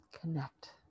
connect